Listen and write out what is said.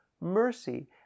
mercy